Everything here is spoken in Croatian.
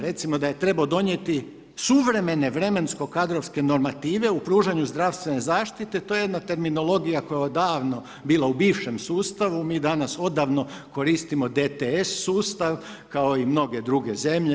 Recimo da je trebao donijeti suvremene vremensko kadrovske normative u pružanju zdravstvene zaštite, to je jedna terminologija koja je odavno bila u bivšem sustavu, mi danas odavno koristimo DTS sustav kao i mnoge druge zemlje.